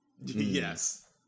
Yes